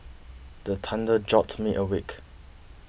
the thunder jolt me awake